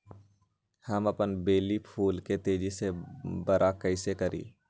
हम अपन बेली फुल के तेज़ी से बरा कईसे करी?